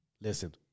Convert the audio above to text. listen